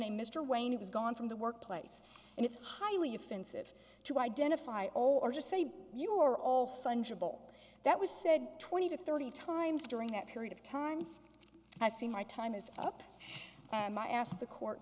named mr wayne was gone from the workplace and it's highly offensive to identify or just say you were all fungible that was said twenty to thirty times during that period of time and see my time is up and i asked the court